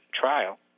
trial